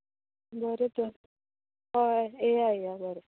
बरें तर हय येया येया